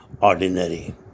ordinary